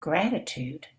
gratitude